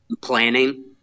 Planning